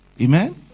amen